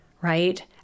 right